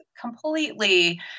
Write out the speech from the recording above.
completely